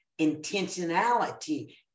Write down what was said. intentionality